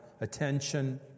attention